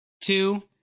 two